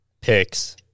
picks